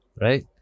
right